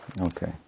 Okay